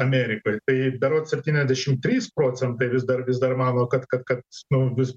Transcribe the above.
amerikoj tai berods septyniasdešim trys procentai vis dar vis dar mano kad kad kad nu vis